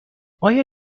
آیا